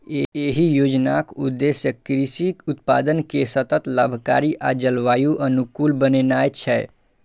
एहि योजनाक उद्देश्य कृषि उत्पादन कें सतत, लाभकारी आ जलवायु अनुकूल बनेनाय छै